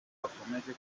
bakomeje